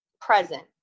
present